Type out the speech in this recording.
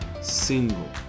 Single